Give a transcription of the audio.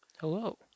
Hello